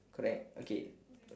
correct okay